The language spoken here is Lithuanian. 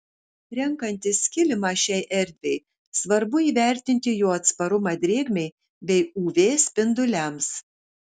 renkantis kilimą šiai erdvei svarbu įvertinti jo atsparumą drėgmei bei uv spinduliams